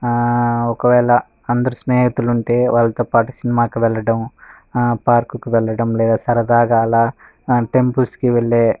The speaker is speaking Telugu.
ఒకవేళ అందరు స్నేహితులు ఉంటే వాళ్ళతో పాటు సినిమాకి వెళ్ళడం పార్కుకు వెళ్ళడం లేదా సరదాగా అలా టెంపుల్స్కి వెళ్ళే